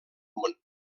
món